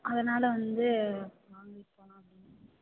அதனால் வந்து வாங்கிட்டு போகலாம் அப்படின்னு